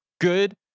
good